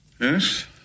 Yes